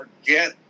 forget